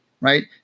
right